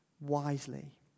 wisely